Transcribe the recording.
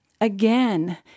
Again